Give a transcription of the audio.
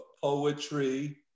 poetry